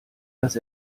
dass